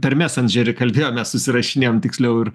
per mesendžerį kalbėjome susirašinėjom tiksliau ir